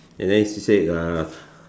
and then she said uh